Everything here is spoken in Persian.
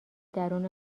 درون